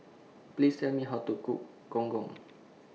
Please Tell Me How to Cook Gong Gong